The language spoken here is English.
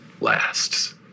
lasts